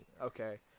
Okay